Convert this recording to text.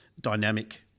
dynamic